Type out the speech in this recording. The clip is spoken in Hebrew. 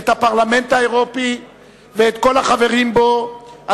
את הפרלמנט האירופי ואת כל החברים בו על